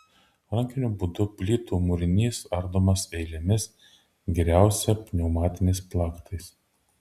rankiniu būdu plytų mūrinys ardomas eilėmis geriausia pneumatiniais plaktais